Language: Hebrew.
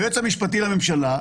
היועץ המשפטי לממשלה,